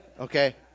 okay